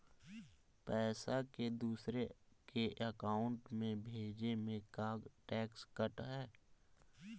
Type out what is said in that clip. पैसा के दूसरे के अकाउंट में भेजें में का टैक्स कट है?